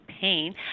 pain